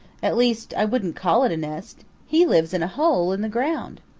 at least i wouldn't call it a nest. he lives in a hole in the ground.